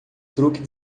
truque